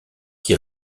qui